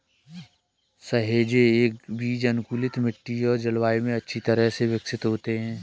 सहेजे गए बीज अनुकूलित मिट्टी और जलवायु में अच्छी तरह से विकसित होते हैं